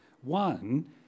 one